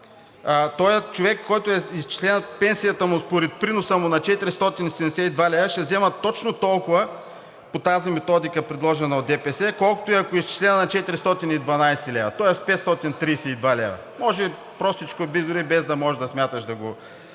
този човек, на когото е изчислена пенсията му според приноса му на 472 лв., ще взема точно толкова по тази методика, предложена от ДПС, колкото и ако е изчислена на 412 лв., тоест 532 лв. Може простичко дори, без да смяташ, да го